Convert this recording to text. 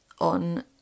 on